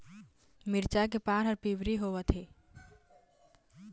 मिरचा के पान हर पिवरी होवथे?